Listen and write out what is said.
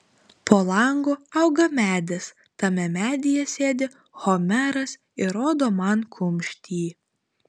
po langu auga medis tame medyje sėdi homeras ir rodo man kumštį